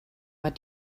but